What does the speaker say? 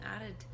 added